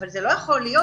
אבל זה לא יכול להיות,